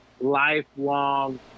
lifelong